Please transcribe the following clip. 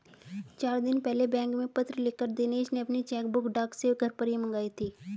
चार दिन पहले बैंक में पत्र लिखकर दिनेश ने अपनी चेकबुक डाक से घर ही पर मंगाई थी